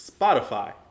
Spotify